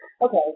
okay